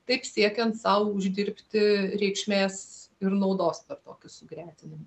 taip siekiant sau uždirbti reikšmės ir naudos per tokį sugretinimą